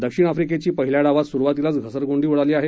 दक्षिण आफ्रिकेची पहिल्या डावात सुरुवातीलाच घसरगुंडी उडाली आहे